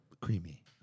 creamy